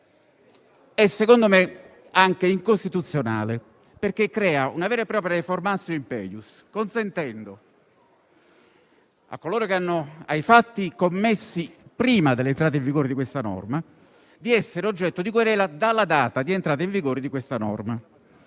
secondo me è anche incostituzionale, perché crea una vera e propria *reformatio in peius*, consentendo ai fatti commessi prima dell'entrata in vigore di questa norma di essere oggetto di querela dalla data di entrata in vigore di questa norma.